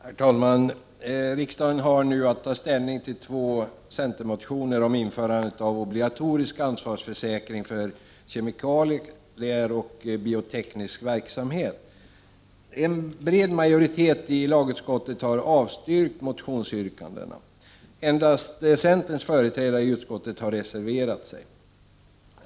Herr talman! Riksdagen har nu att ta ställning till två centermotioner, om införande av obligatorisk ansvarsförsäkring för kemikalier och för bioteknisk verksamhet. En bred majoritet i lagutskottet har avstyrkt motionsyrkandena. Endast centerns företrädare i utskottet har reserverat sig.